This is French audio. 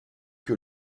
que